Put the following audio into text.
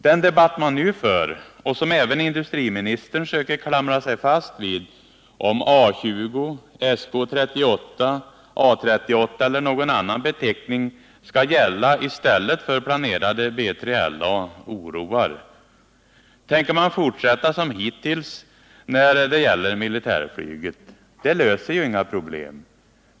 Den debatt man nu för och som även industriministern söker klamra sig fast vid, nämligen debatten om huruvida A20, SK38/A38 eller någon annan beteckning skall gälla i stället för det planerade B3LA, oroar. Tänker man fortsätta som hittills när det gäller militärflyget? Det löser ju inga problem.